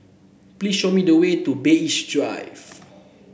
please show me the way to Bay East Drive